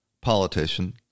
politician